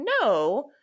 no